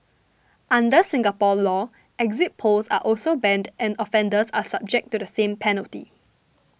under Singapore law exit polls are also banned and offenders are subject to the same penalty